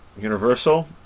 Universal